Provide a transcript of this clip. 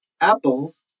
apples